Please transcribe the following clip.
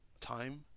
Time